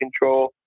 control